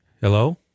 Hello